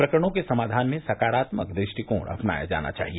प्रकरणों के समाधान में सकारात्मक दृष्टिकोण अपनाया जाना चाहिए